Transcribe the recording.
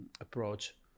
approach